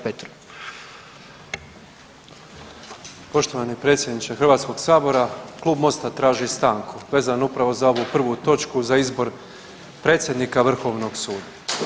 Poštovani predsjedniče Hrvatskoga sabora, Klub Mosta traži stanku vezano upravo za ovu 1. točku za izbor predsjednika Vrhovnog suda.